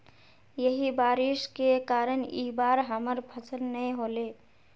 यही बारिश के कारण इ बार हमर फसल नय होले?